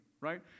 right